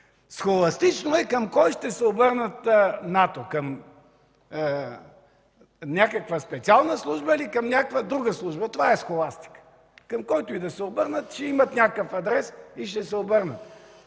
Схоластично е към кой ще се обърнат НАТО – към някаква специална служба, или към някаква друга служба. Това е схоластика. Към който и да се обърнат, ще имат някакъв адрес и ще се обърнат.